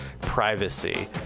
privacy